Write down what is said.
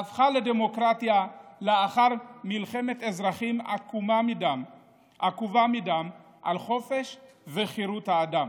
הפכה לדמוקרטיה לאחר מלחמת אזרחים עקובה מדם על חופש וחירות האדם.